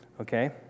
Okay